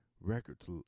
Records